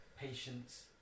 patience